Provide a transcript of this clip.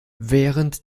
während